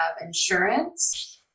insurance